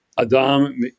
Adam